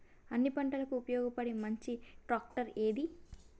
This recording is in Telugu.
అన్ని పంటలకు ఉపయోగపడే మంచి ట్రాక్టర్ ఏది?